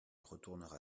retournera